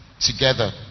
together